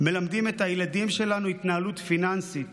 מלמדים את הילדים שלנו התנהלות פיננסית?